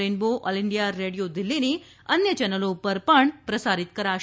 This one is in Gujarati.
રેઇનબો ઓલ ઇન્ડિયા રેડિયો દિલ્ફીની અન્ય ચેનલો પર પ્રસારિત કરાશે